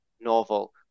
novel